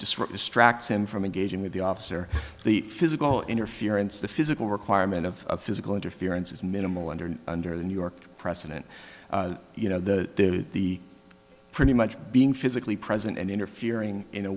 destroys strax him from engaging with the officer the physical interference the physical requirement of physical interference is minimal under under the new york press didn't you know the the pretty much being physically present and interfering in a